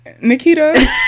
Nikita